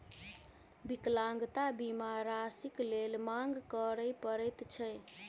विकलांगता बीमा राशिक लेल मांग करय पड़ैत छै